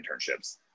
internships